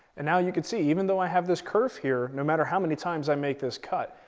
and now you can see, even though i have this kerf here, no matter how many times i make this cut,